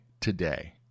today